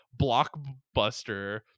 blockbuster